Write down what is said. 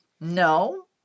No